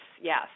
yes